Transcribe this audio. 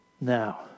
Now